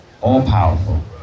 all-powerful